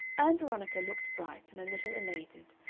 ann veronica looked bright and a little elated,